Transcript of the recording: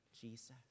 Jesus